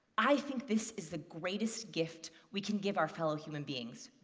i think this is the greatest gift we can give our fellow human beings.